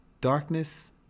darkness